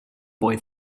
boy